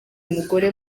umugore